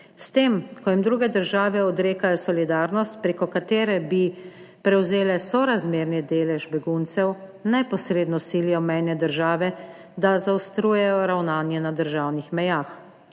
S tem, ko jim druge države odrekajo solidarnost, preko katere bi prevzele sorazmerni delež beguncev neposredno silijo mejne države, da zaostrujejo ravnanje na državnih mejah.